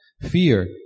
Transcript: fear